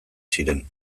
ziren